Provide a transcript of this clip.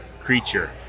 creature